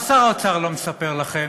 מה שר האוצר לא מספר לכם?